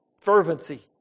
fervency